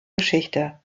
geschichte